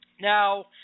Now